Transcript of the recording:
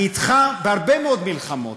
אני אתך בהרבה מאוד מלחמות,